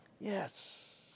yes